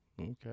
Okay